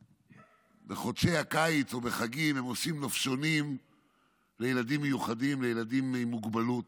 בחודשי הקיץ או בחגים הם עושים נופשונים לילדים מיוחדים עם מוגבלות